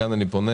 כאן אני פונה